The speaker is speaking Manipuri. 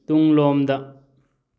ꯇꯨꯡꯂꯣꯝꯗ